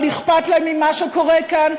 אבל אכפת להם ממה שקורה כאן.